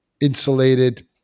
insulated